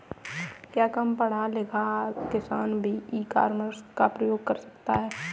क्या कम पढ़ा लिखा किसान भी ई कॉमर्स का उपयोग कर सकता है?